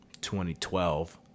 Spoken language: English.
2012